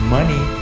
Money